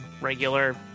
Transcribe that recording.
regular